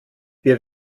wir